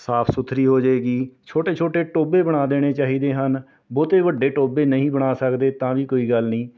ਸਾਫ ਸੁਥਰੀ ਹੋ ਜੇਗੀ ਛੋਟੇ ਛੋਟੇ ਟੋਭੇ ਬਣਾ ਦੇਣੇ ਚਾਹੀਦੇ ਹਨ ਬਹੁਤੇ ਵੱਡੇ ਟੋਭੇ ਨਹੀਂਂ ਬਣਾ ਸਕਦੇ ਤਾਂ ਵੀ ਕੋਈ ਗੱਲ ਨਹੀਂ